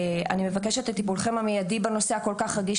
אני מבקשת את טיפולכם המידי בנושא הכול כך רגיש